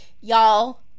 Y'all